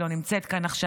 היא לא נמצאת כאן עכשיו.